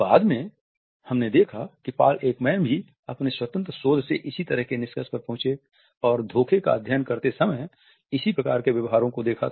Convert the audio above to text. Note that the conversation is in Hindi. बाद में हमने देखा कि पॉल एकमैन भी अपने स्वतंत्र शोध से इसी तरह के निष्कर्षों पर पहुचे और धोखे का अध्ययन करते समय इसी प्रकार के व्यवहारों को देखा था